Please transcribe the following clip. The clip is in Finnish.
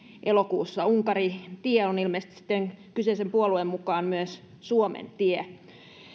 elokuussa unkarin tie on ilmeisesti sitten kyseisen puolueen mukaan myös suomen tie